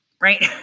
right